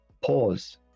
pause